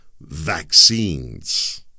vaccines